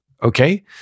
Okay